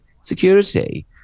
security